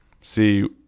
See